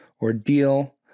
ordeal